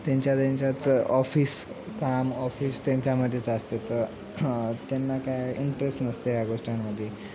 त्यांच्या त्यांच्याच ऑफिस काम ऑफिस त्यांच्यामध्येच असते तर त्यांना काय इंटरेस नसते या गोष्टींमध्ये